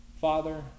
Father